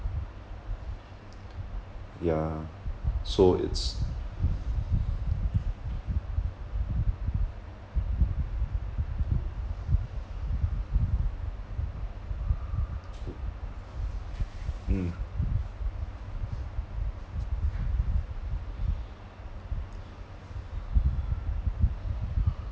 yeah so it's oo mm